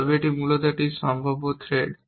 তবে এটি মূলত একটি সম্ভাব্য থ্রেড